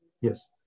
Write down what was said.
Yes